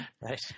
Right